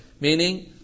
meaning